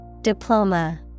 Diploma